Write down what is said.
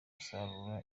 gusarura